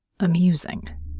amusing